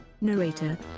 Narrator